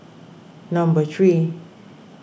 number three